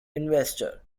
investor